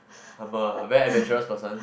I am a very adventurous person